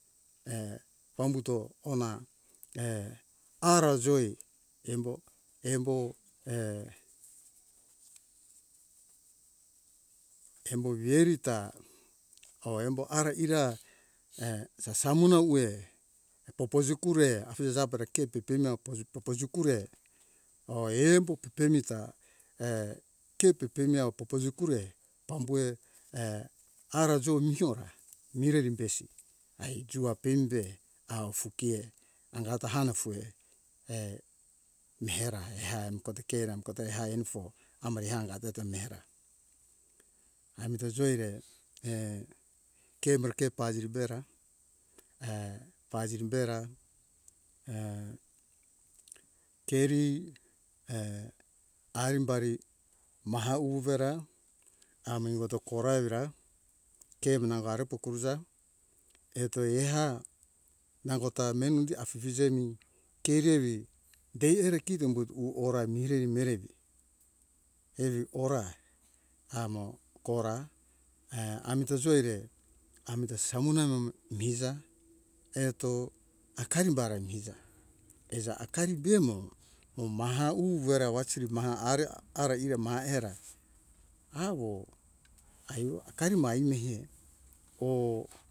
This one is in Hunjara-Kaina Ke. Err pambuto hona err ara joi embo embo err embo verita oh embo ara ira err sasa nona uwe popo jukure afije jape ra ke pepemi awo popo jukure oh embo pepemi ta err ke pepemi awo popo jukure pambuhe err ara jomi ora mireri besi ae jua pembe awo fukie angato hana fue err mihera eha kote kera kotehe ae anifo amore eangato eto mehara amita joi ere err ke mora ke paziri bera err paziri bera err keri err arimbari maha uvera ami ungota kora evira ke vi nango ari pokouza eto eha nangota meni undi afifije mi keri evi dei erekito umbut uhora mireri mere erihora amo kora err amita joire amita samona miza eto akarim bara miza eiza akarim bemo oh maha uvera wasiri maha are ara ire ma era awo aimo akari ma imehe oh